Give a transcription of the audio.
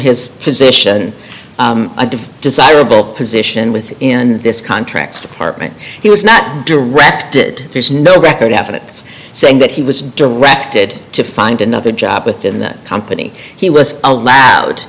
his position desirable position within this contract's department he was not directed there's no record of it saying that he was directed to find another job within that company he was allowed